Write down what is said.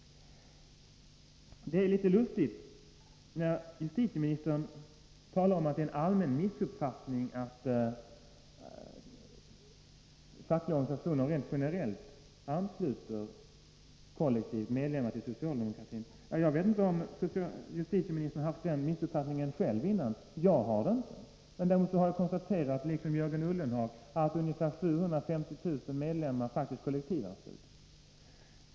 Det är litet lustigt när justitieministern talar om att det är en allmän missuppfattning att våra fackliga organisationer rent generellt ansluter sina medlemmar kollektivt till socialdemokratin. Jag vet inte om justitieministern haft den missuppfattningen själv, jag har den inte. Däremot har jag konstaterat, liksom Jörgen Ullenhag, att ungefär 750 000 medlemmar faktiskt är kollektivanslutna.